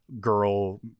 girl